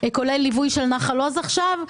כולל ליווי של נחל עוז עכשיו.